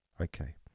okay